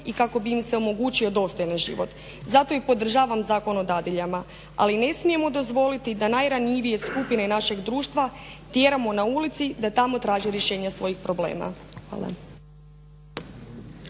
i kako bi im se omogućio dostojni život. Zato i podržavam Zakon o dadiljama ali ne smijemo dozvoliti da najranjivije skupine našeg društva tjeramo na ulice da tamo traže rješenje svojih problema. Hvala.